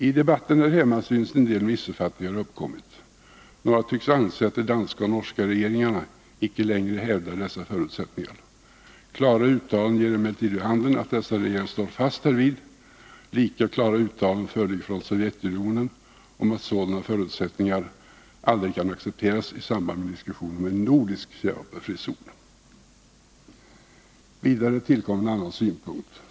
I debatten här hemma synes en del missuppfattningar ha uppkommit, och några tycks anse att de danska och norska regeringarna icke längre hävdar dessa förutsättningar. Klara uttalanden ger emellertid vid handen att dessa regeringar står fast därvid; lika klara uttalanden föreligger från Sovjetunionen om att sådana förutsättningar aldrig kan accepteras i samband med diskussion om en nordisk kärnvapenfri zon. Vidare tillkommer en annan synpunkt.